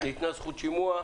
ניתנה זכות שימוע.